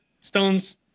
stones